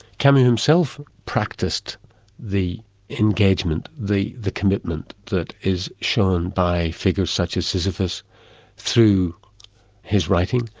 camus himself practiced the engagement, the the commitment that is shown by figures such as sisyphus through his writing,